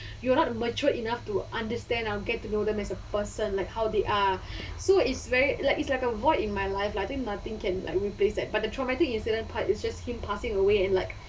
you were not mature enough to understand get to know them as a person like how they are so it's very like it's like a void in my life lah I think nothing can like replace that but the traumatic incident part it's just him passing away in like